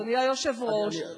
אדוני היושב-ראש,